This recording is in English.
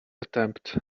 attempt